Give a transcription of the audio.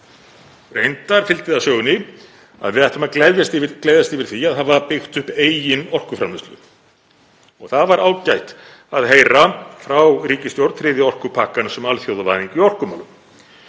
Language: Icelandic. Reyndar fylgdi það sögunni að við ættum að gleðjast yfir því að hafa byggt upp eigin orkuframleiðslu. Það var ágætt að heyra frá ríkisstjórn þriðja orkupakkans um alþjóðavæðingu í orkumálum.